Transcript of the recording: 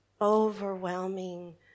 overwhelming